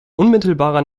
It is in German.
unmittelbarer